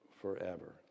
forever